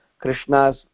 Krishna's